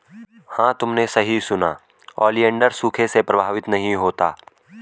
हां तुमने सही सुना, ओलिएंडर सूखे से प्रभावित नहीं होता